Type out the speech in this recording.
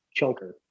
chunker